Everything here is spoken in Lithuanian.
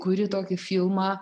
kuri tokį filmą